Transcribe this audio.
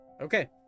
Okay